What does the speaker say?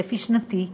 בצפי שנתי,